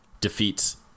defeats